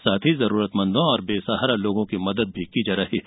साथ ही जरूरतमंदों और बेसहारा लोगों की मदद भी की जा रही है